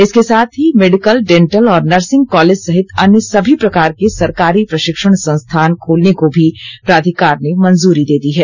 इसके साथ ही मेडिकल डेन्टल और नर्सिंग कॉलेज सहित अन्य सभी प्रकार के सरकारी प्रशिक्षण संस्थान खोलने को भी प्राधिकार ने मंजूरी दे दी है